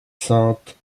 saintes